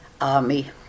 army